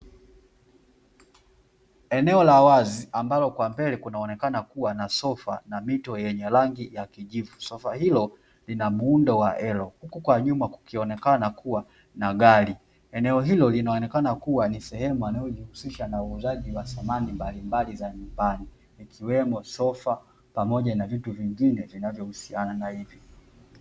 Eneo la wazi ambalo kwa mbele kuonenekana kuwa na sofa na mito yenye rangi ya kijivu, sofa hilo lina muundo wa "L" huku kwa nyuma kukionekana kuwa na gari. Eneo hilo linaonekana kuwa ni sehemu wanaojihusisha na uuzaji wa samani mbalimbali za nyumbani, ikiwemo sofa pamoja na vitu vingine vinavyohusiana na hivi.